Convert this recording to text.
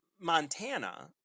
Montana